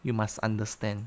you must understand